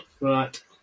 Right